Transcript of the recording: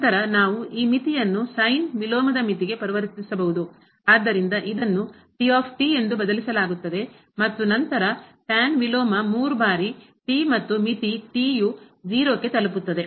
ನಂತರ ನಾವು ಈ ಮಿತಿಯನ್ನು ವಿಲೋಮದ ಮಿತಿಗೆ ಪರಿವರ್ತಿಸಬಹುದು ಆದ್ದರಿಂದ ಇದನ್ನು ಮತ್ತು ನಂತರ ವಿಲೋಮ ಮೂರು ಬಾರಿ ಮತ್ತು ಮಿತಿ ಯು 0 ಕ್ಕೆ ತಲುಪುತ್ತದೆ